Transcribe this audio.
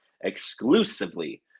Exclusively